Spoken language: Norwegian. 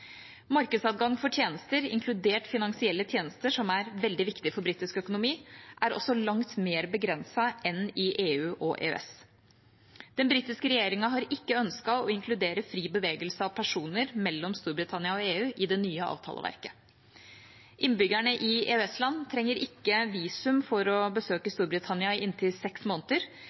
Markedsadgang for tjenester, inkludert finansielle tjenester, som er veldig viktig for britisk økonomi, er også langt mer begrenset enn i EU og EØS. Den britiske regjeringa har ikke ønsket å inkludere fri bevegelse av personer mellom Storbritannia og EU i det nye avtaleverket. Innbyggerne i EØS-land trenger ikke visum for å besøke Storbritannia i inntil seks måneder,